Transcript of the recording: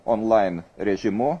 online režimu